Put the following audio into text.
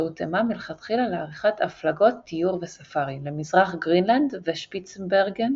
שהותאמה מלכתחילה לעריכת 'הפלגות תיור וספארי' למזרח גרינלנד ושפיצברגן